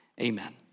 Amen